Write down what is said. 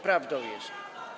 Prawdą jest.